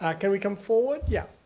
ah can we come forward, yeah,